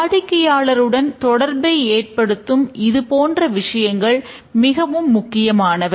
வாடிக்கையாளருடன் தொடர்பை ஏற்படுத்தும் இதுபோன்ற விஷயங்கள் மிகவும் முக்கியமானவை